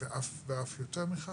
ואף יותר מכך.